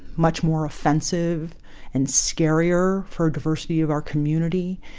much more offensive and scarier for diversity of our community.